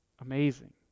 Amazing